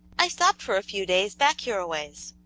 i stopped for a few days, back here a ways.